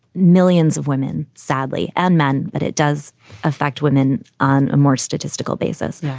millions of women, sadly, and men. but it does affect women on a more statistical basis. now,